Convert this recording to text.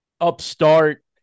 upstart